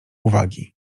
uwagi